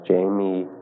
Jamie